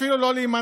אפילו לא להימנע.